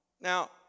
Now